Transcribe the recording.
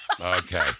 Okay